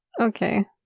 Okay